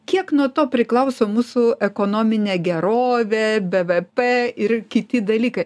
kiek nuo to priklauso mūsų ekonominė gerovė bvp ir kiti dalykai